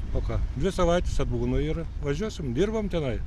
o ką dvi savaites atbūnu ir važiuosim dirbam tenai